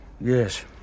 Yes